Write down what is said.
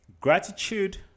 Gratitude